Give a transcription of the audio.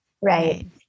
right